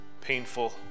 painful